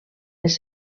les